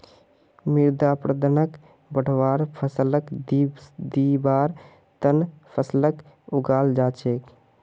मृदा अपरदनक बढ़वार फ़सलक दिबार त न फसलक उगाल जा छेक